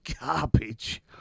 garbage